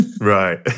right